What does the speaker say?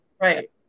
Right